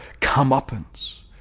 comeuppance